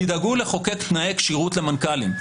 תדאגו לחוקק תנאי כשירות למנכ"לים.